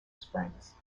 springs